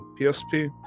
PSP